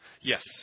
Yes